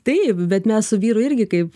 taip bet mes su vyru irgi kaip